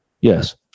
Yes